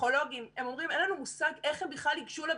פסיכולוגים הם אומרים: אין לנו מושג איך הם בכלל ייגשו לבגרות,